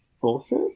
bullshit